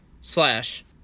slash